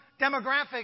demographic